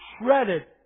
shredded